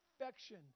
affection